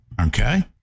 okay